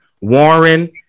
Warren